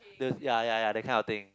the ya ya the kind of thing